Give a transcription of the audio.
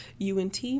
UNT